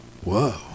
Whoa